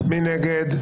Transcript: מי נגד?